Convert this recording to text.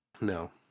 No